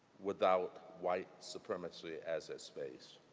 without white supremacy as its base.